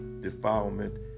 defilement